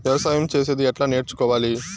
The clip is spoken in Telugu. వ్యవసాయం చేసేది ఎట్లా నేర్చుకోవాలి?